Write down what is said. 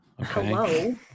Hello